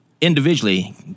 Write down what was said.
individually